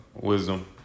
wisdom